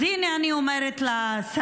אז הינה אני אומרת לשר: